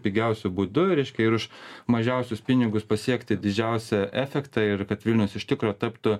pigiausiu būdu reiškia ir už mažiausius pinigus pasiekti didžiausią efektą ir kad vilnius iš tikro taptų